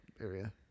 area